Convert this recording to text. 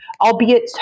albeit